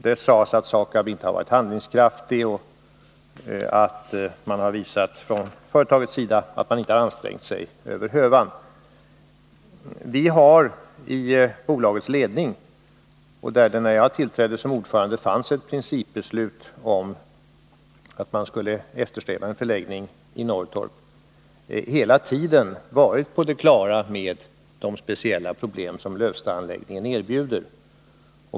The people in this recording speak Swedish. Hon sade att SAKAB inte varit handlingskraftigt och att man från företagets sida inte har ansträngt sig över hövan. När jag tillträdde som ordförande fanns det ett principbeslut om att man skulle eftersträva en förläggning till Norrtorp. Vi har i bolagets ledning hela tiden varit på det klara med de speciella problem som Lövstaanläggningen erbjuder.